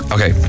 Okay